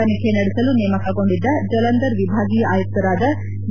ತನಿಖೆ ನಡೆಸಲು ನೇಮಕಗೊಂಡಿದ್ದ ಜಲಂಧರ್ ವಿಭಾಗೀಯ ಆಯುಕ್ತರಾದ ಬಿ